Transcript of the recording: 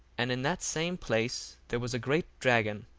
and in that same place there was a great dragon,